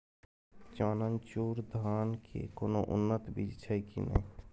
चननचूर धान के कोनो उन्नत बीज छै कि नय?